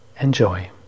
Enjoy